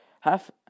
half